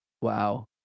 Wow